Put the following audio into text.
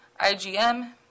IgM